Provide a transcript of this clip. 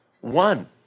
one